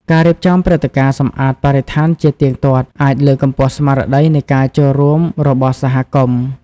ការរៀបចំព្រឹត្តិការណ៍សម្អាតបរិស្ថានជាទៀងទាត់ អាចលើកកម្ពស់ស្មារតីនៃការចូលរួមរបស់សហគមន៍។